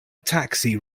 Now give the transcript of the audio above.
taxi